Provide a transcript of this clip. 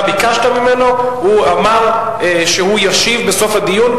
אתה ביקשת ממנו, הוא אמר שהוא ישיב בסוף הדיון.